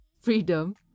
freedom